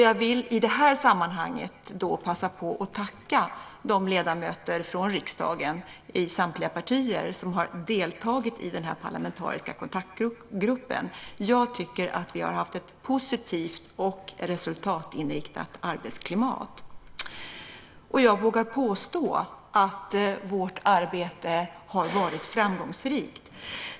Jag vill i det här sammanhanget passa på att tacka de ledamöter från riksdagens samtliga partier som har deltagit i den här parlamentariska kontaktgruppen. Jag tycker att vi har haft ett positivt och resultatinriktat arbetsklimat. Jag vågar påstå att vårt arbete har varit framgångsrikt.